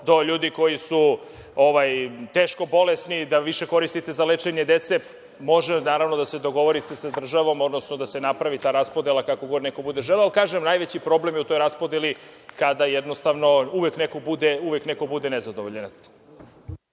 do ljudi koji su teško bolesni, da više koristite za lečenje dece. Možete, naravno, da se dogovorite sa državom, odnosno da se napravi ta raspodela kako god neko bude želeo. Kažem, najveći problem je u toj raspodeli kada jednostavno uvek neko bude nezadovoljan.